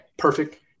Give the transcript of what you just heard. Perfect